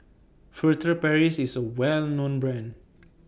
Furtere Paris IS A Well known Brand